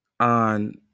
on